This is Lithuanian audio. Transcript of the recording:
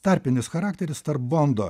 tarpinis charakteris tarp bondo